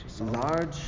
Large